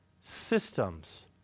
systems